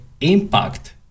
impact